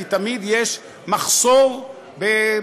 כי תמיד יש מחסור במזומנים,